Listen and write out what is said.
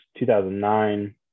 2009